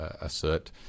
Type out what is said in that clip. assert